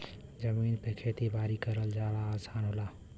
जमीन पे खेती बारी करल आसान होला